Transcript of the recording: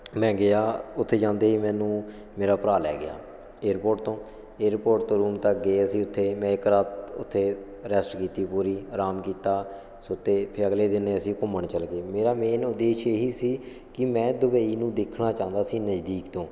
ਮੈਂ ਗਿਆ ਉੱਥੇ ਜਾਂਦੇ ਹੀ ਮੈਨੂੰ ਮੇਰਾ ਭਰਾ ਲੈ ਗਿਆ ਏਅਰਪੋਰਟ ਤੋਂ ਏਅਰਪੋਰਟ ਤੋਂ ਰੂਮ ਤੱਕ ਗਏ ਅਸੀਂ ਉੱਥੇ ਮੈਂ ਇੱਕ ਰਾਤ ਉੱਥੇ ਰੈਸਟ ਕੀਤੀ ਪੂਰੀ ਆਰਾਮ ਕੀਤਾ ਸੋ ਅਤੇ ਫਿਰ ਅਗਲੇ ਦਿਨ ਅਸੀਂ ਘੁੰਮਣ ਚੱਲ ਗਏ ਮੇਰਾ ਮੇਨ ਉਦੇਸ਼ ਇਹੀ ਸੀ ਕਿ ਮੈਂ ਦੁਬਈ ਨੂੰ ਦੇਖਣਾ ਚਾਹੁੰਦਾ ਸੀ ਨਜ਼ਦੀਕ ਤੋਂ